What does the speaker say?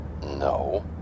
No